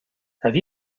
have